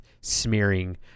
smearing